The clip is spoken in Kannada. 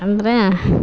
ಅಂದರೆ